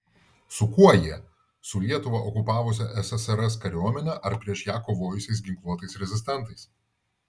su kuo jie su lietuvą okupavusia ssrs kariuomene ar prieš ją kovojusiais ginkluotais rezistentais